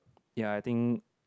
ya I think